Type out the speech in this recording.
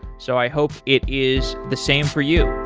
so i hope it is the same for you.